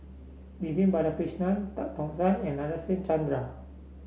Vivian Balakrishnan Tan Tock San and Nadasen Chandra